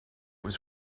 was